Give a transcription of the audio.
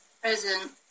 Present